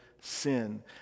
sin